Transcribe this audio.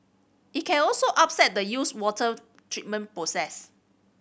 it can also upset the used water treatment process